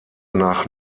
nach